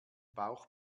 bauch